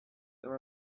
there